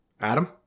Adam